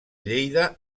lleida